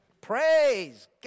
Praise